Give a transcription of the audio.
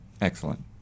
Excellent